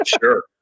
Sure